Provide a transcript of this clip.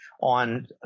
on